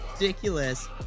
ridiculous